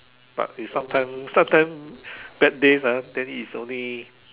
but if sometime sometime bad days ah then it's only